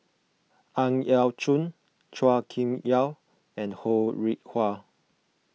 Ang Yau Choon Chua Kim Yeow and Ho Rih Hwa